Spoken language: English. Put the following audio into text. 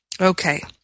Okay